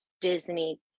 Disney